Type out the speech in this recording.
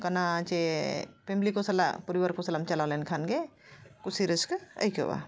ᱠᱟᱱᱟ ᱡᱮ ᱯᱷᱮᱢᱤᱞᱤ ᱠᱚ ᱥᱟᱞᱟᱜ ᱯᱚᱨᱤᱵᱟᱨ ᱠᱚ ᱥᱟᱞᱟᱜ ᱮᱢ ᱪᱟᱞᱟᱣ ᱞᱮᱱᱠᱷᱟᱱᱜᱮ ᱠᱩᱥᱤ ᱨᱟᱹᱥᱠᱟᱹ ᱟᱹᱭᱠᱟᱹᱜᱼᱟ